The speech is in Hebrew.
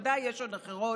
ובוודאי יש עוד אחרות,